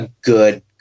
good